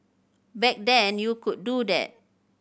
back then you could do that